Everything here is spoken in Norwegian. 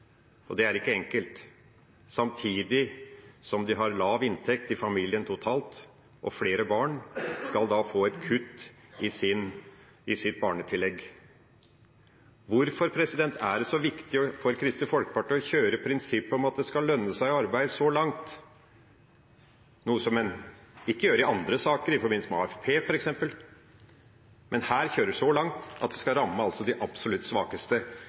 og det er ikke enkelt – samtidig som de har lav inntekt i familien totalt og flere barn, skal få et kutt i sitt barnetillegg. Hvorfor er det så viktig for Kristelig Folkeparti å kjøre prinsippet om at det skal lønne seg å arbeide så langt – noe som en ikke gjør i andre saker, f.eks. i forbindelse med AFP – at det skal ramme de absolutt svakeste?